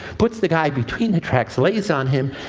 puts the guy between the tracks, lays on him,